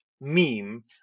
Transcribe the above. meme